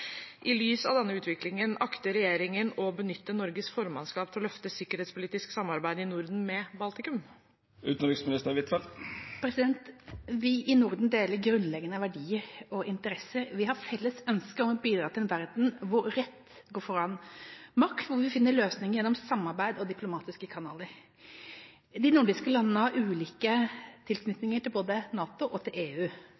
I lys av denne utviklingen, akter regjeringen å benytte Norges formannskap til å løfte sikkerhetspolitisk samarbeid i Norden og med Baltikum?» Vi i Norden deler grunnleggende verdier og interesser. Vi har et felles ønske om å bidra til en verden hvor rett går foran makt, og hvor vi finner løsninger gjennom samarbeid og diplomatiske kanaler. De nordiske landene har ulike